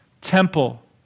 temple